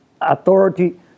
authority